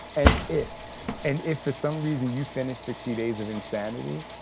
and if and if for some reason, you finish sixty days of insanity,